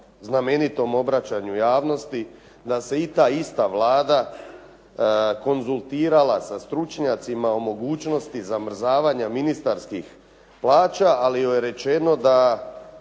znamenitom obraćanju javnosti, da se i ta ista Vlada konzultirala sa stručnjacima o mogućnosti zamrzavanja ministarskih plaća. Ali joj je rečeno da